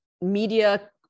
media